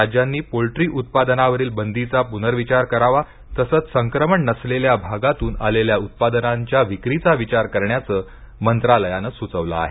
राज्यांनी पोल्ट्री उत्पादनावरील बंदीचा पुनर्विचार करावा तसेच संक्रमण नसलेल्या भागातून आलेल्या उत्पादनांच्या विक्रीचा विचार करण्याचे मंत्रालयाने सुचवले आहे